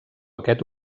aquest